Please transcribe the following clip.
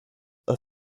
are